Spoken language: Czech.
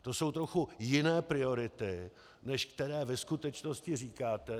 To jsou trochu jiné priority, než které ve skutečnosti říkáte.